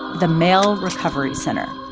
the mail recovery center